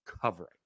covering